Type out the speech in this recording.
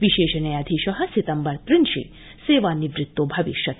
विशेष न्यायाधीश सितम्बर त्रिंशे सेवानिवृत्तो भविष्यति